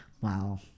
wow